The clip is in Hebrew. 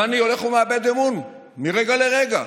ואני הולך ומאבד אמון מרגע לרגע.